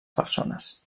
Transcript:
persones